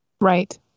Right